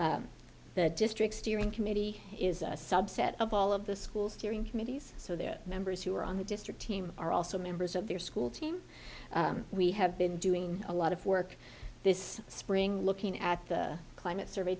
culture the district steering committee is a subset of all of the schools during committees so their members who are on the district team are also members of their school team we have been doing a lot of work this spring looking at the climate survey